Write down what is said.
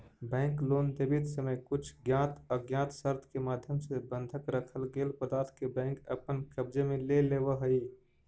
bank loan देवित समय कुछ ज्ञात अज्ञात शर्त के माध्यम से बंधक रखल गेल पदार्थ के बैंक अपन कब्जे में ले लेवऽ हइ